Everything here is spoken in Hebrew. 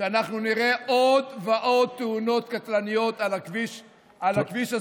אנחנו נראה עוד ועוד תאונות קטלניות על הכביש הזה.